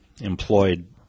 employed